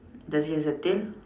does it have a tail